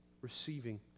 receiving